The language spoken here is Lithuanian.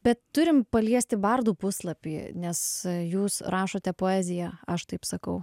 bet turim paliesti bardų puslapį nes jūs rašote poeziją aš taip sakau